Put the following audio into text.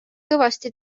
kõvasti